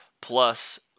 plus